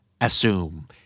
Assume